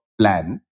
plan